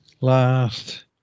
last